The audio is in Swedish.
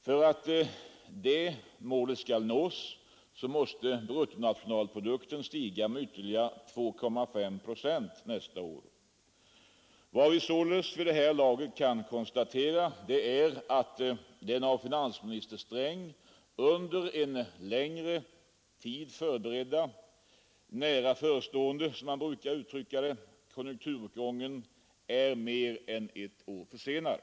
För att nå det målet måste bruttonationalprodukten stiga med ytterligare 2,5 procent nästa år. Vad vi således vid det här laget kan konstatera är att den av finansminister Sträng under en längre tid förberedda och nära förestående — som han brukar uttrycka det — konjunkturuppgången är mer än ett år försenad.